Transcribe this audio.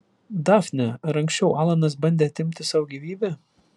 dafne ar anksčiau alanas bandė atimti sau gyvybę